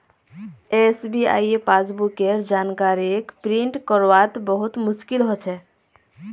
SBI passbook केर जानकारी क प्रिंट करवात बहुत मुस्कील हो छे